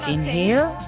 Inhale